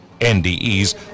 NDEs